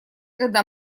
когда